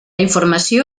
informació